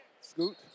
Scoot